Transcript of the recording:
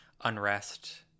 unrest